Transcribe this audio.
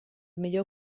millor